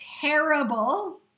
terrible